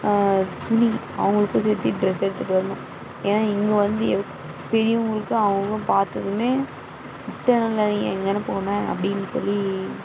துணி அவங்களுக்கும் சேர்த்தி டிரெஸ் எடுத்துகிட்டு வர்ணும் ஏன்னா இங்கே வந்து எப் பெரியவங்களுக்கு அவங்க பார்த்ததுமே இத்தனை எங்கன போனேன் அப்படின்னு சொல்லி